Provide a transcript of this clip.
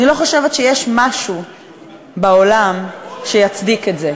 אני לא חושבת שיש משהו בעולם שיצדיק את זה.